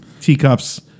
teacups